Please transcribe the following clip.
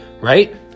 right